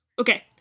Okay